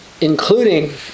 including